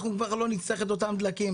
אנחנו כבר לא נצטרך את אותם דלקים,